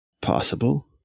Possible